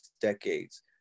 decades